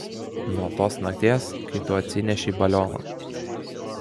nuo tos nakties kai tu atsinešei balioną